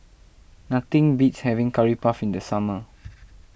nothing beats having Curry Puff in the summer